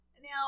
Now